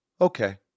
Okay